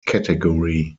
category